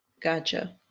Gotcha